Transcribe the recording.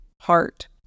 Heart